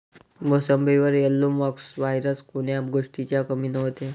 मोसंबीवर yellow mosaic virus कोन्या गोष्टीच्या कमीनं होते?